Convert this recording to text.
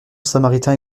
samaritain